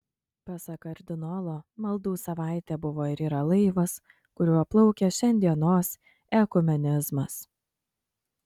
pasak kardinolo maldų savaitė buvo ir yra laivas kuriuo plaukia šiandienos ekumenizmas